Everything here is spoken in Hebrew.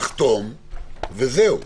נחתום וזהו.